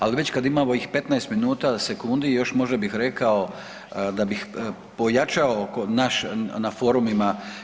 Ali već kad imamo ovih 15 minuta, sekundi, još možda bih rekao da bih pojačao oko naš, na forumima.